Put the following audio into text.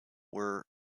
were